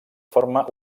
forma